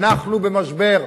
אנחנו במשבר,